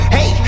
Hey